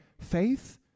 faith